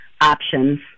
options